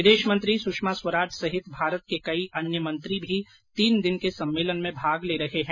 विदेश मंत्री सुषमा स्वराज सहित भारत के कई अन्य मंत्री भी तीन दिन के सम्मेलन में भाग ले रहे हैं